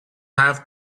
have